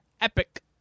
epic